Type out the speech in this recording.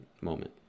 moment